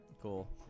Cool